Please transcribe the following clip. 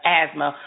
asthma